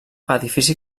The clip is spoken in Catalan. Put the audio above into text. edifici